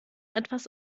etwas